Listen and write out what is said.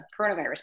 coronavirus